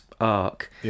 arc